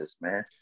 man